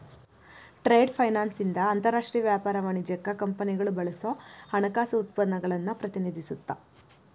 trade finance ಇಂದ ಅಂತರಾಷ್ಟ್ರೇಯ ವ್ಯಾಪಾರ ವಾಣಿಜ್ಯಕ್ಕ ಕಂಪನಿಗಳು ಬಳಸೋ ಹಣಕಾಸು ಉತ್ಪನ್ನಗಳನ್ನ ಪ್ರತಿನಿಧಿಸುತ್ತ